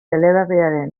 eleberriaren